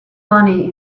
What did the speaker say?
money